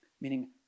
Meaning